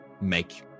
make